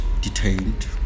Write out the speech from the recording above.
detained